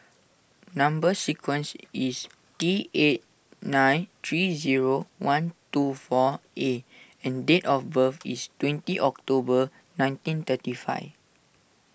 Number Sequence is T eight nine three zero one two four A and date of birth is twenty October nineteen thirty five